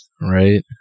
Right